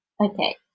Okay